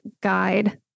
guide